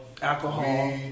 alcohol